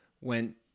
went